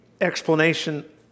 explanation